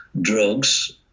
drugs